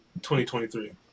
2023